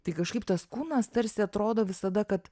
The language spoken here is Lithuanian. tai kažkaip tas kūnas tarsi atrodo visada kad